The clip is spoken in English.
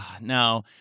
No